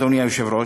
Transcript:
אדוני היושב-ראש: